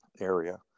area